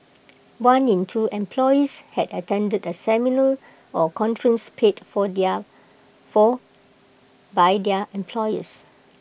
one in two employees had attended A seminar or conference paid for for by their employers